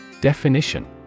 Definition